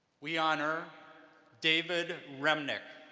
we honor david remnick.